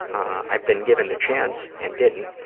i've been given the chance and didn't.